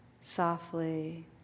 softly